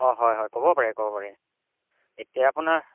অঁ হয় হয় ক'ব পাৰে ক'ব পাৰে এতিয়া আপোনাৰ